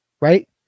right